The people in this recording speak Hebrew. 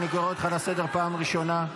אני קורא אותך לסדר פעם שנייה.